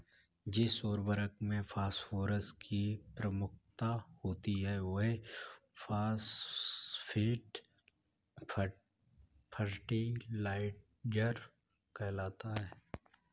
जिस उर्वरक में फॉस्फोरस की प्रमुखता होती है, वह फॉस्फेट फर्टिलाइजर कहलाता है